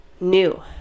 new